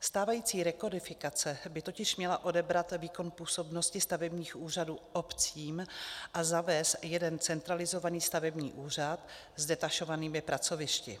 Stávající rekodifikace by totiž měla odebrat výkon působnosti stavebních úřadů obcím a zavést jeden centralizovaný stavební úřad s detašovanými pracovišti.